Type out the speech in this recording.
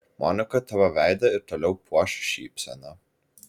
monika tavo veidą ir toliau puoš šypsena